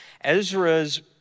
Ezra's